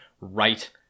right